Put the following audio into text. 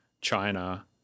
China